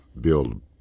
build